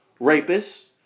rapists